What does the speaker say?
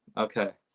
okay.